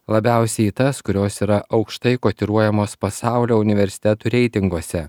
labiausiai į tas kurios yra aukštai kotiruojamos pasaulio universitetų reitinguose